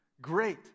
Great